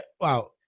Wow